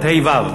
5 ו-6.